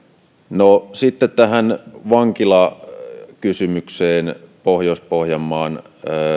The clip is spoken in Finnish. sitten tähän vankilakysymykseen pohjois pohjanmaan